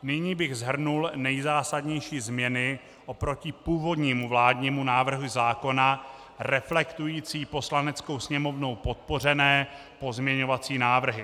Nyní bych shrnul nejzásadnější změny oproti původnímu vládnímu návrhu zákona, reflektující Poslaneckou sněmovnou podpořené pozměňovací návrhy.